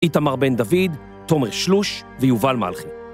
איתמר בן דוד, תומר שלוש ויובל מלכי.